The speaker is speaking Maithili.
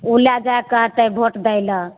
उ लए जाय कहतय वोट दै लए